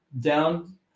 down